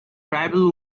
tribal